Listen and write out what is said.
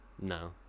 no